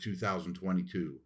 2022